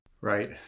Right